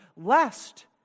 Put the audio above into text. lest